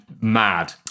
mad